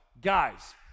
Guys